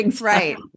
right